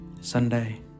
Sunday